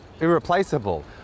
irreplaceable